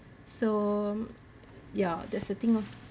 so ya that's the thing loh